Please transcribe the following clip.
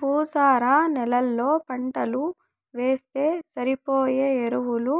భూసార నేలలో పంటలు వేస్తే సరిపోయే ఎరువులు